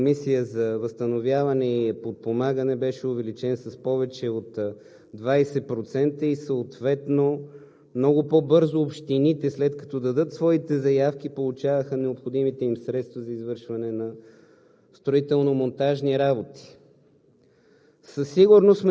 През последните няколко години бюджетът на Междуведомствената комисия за възстановяване и подпомагане беше увеличен с повече от 20% и съответно много по-бързо общините, след като дадат своите заявки, получаваха необходимите им средства за извършване на